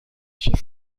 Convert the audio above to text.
she